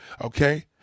Okay